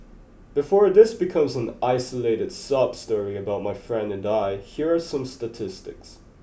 before this becomes an isolated sob story about my friend and I here are some statistics